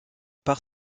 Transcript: par